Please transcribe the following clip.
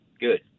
good